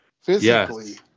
physically